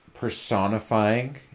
personifying